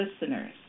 listeners